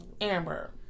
Amber